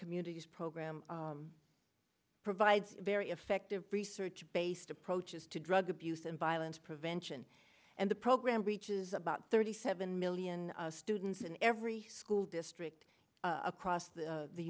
communities program provides very effective research based approaches to drug abuse and violence prevention and the program reaches about thirty seven million students in every school district across the